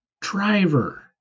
driver